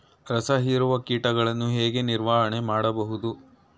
ರಸ ಹೀರುವ ಕೀಟಗಳನ್ನು ಹೇಗೆ ನಿರ್ವಹಣೆ ಮಾಡಬಹುದು?